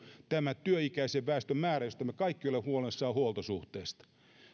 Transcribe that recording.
tämä työikäisen väestön määrä josta me kaikki huolehdimme puhuessamme huoltosuhteesta